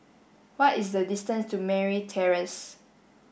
what is the distance to Merryn Terrace